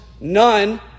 none